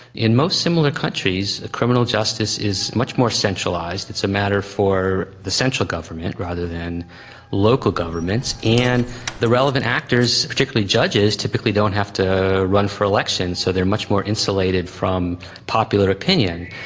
in most similar countries criminal justice is much more centralised, it's a matter for the central government rather than local governments, and the relevant actors, particularly judges, typically don't have to run for election, so they are much more insulated from popular opinion.